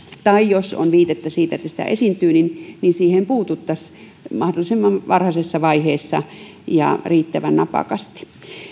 tai jos on viitettä siitä että sitä esiintyy niin niin siihen puututtaisiin mahdollisimman varhaisessa vaiheessa ja riittävän napakasti